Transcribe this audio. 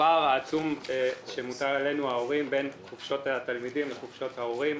הפער העצום שמוטל עלינו ההורים בין חופשות התלמידים לחופשות ההורים,